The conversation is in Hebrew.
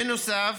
בנוסף,